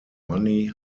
money